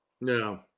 no